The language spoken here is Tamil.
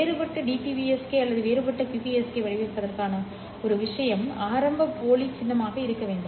வேறுபட்ட DBPSK அல்லது வேறுபட்ட QPSK வடிவமைப்பிற்கான ஒரு விஷயம் ஆரம்ப போலி சின்னமாக இருக்க வேண்டும்